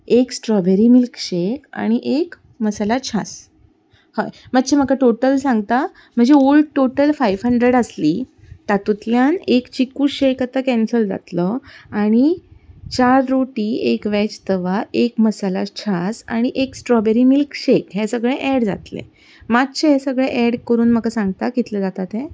एक strawberry milkshake आनी एक मसाला छाज हय मातशें म्हाका टोटल सांगता म्हाजें ओल्ड टोटल फायव हंड्रेड तातूंतल्यान एक चिकू शेक कँसल जातलो आनी चार रोटी एक वेज तंदूर वा एक मसाला छाज आनी एक स्ट्रोबॅरी इतलें सगलें एड जातलें मातशे म्हाका एड करून सांगता कितलो